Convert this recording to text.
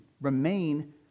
remain